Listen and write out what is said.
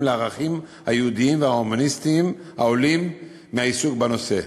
לערכים היהודיים וההומניסטיים העולים מהעיסוק בנושא.